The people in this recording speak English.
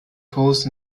post